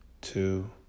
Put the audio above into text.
two